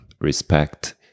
respect